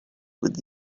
with